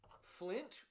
Flint